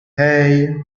hey